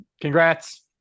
congrats